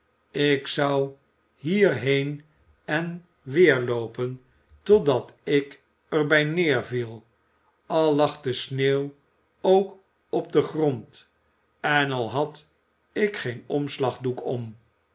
ik zou hier heen en weer loopen totdat ik er bij neerviel al lag de sneeuw ook op den grond en al had ik geen omslagdoek om